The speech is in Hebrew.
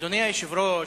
אדוני היושב-ראש,